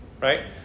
right